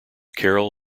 carol